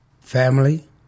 family